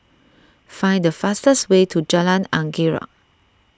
find the fastest way to Jalan Anggerek